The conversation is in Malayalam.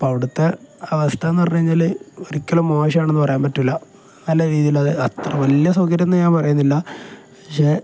അപ്പം അവിടുത്തെ അവസ്ഥ എന്ന് പറഞ്ഞു കഴിഞ്ഞാൽ ഒരിക്കലും മോശമാണെന്ന് പറയാൻ പറ്റില നല്ല രീതിയിൽ അത് അത്ര വലിയ സൗകര്യമെന്നു ഞാൻ പറയുന്നില്ല പക്ഷേ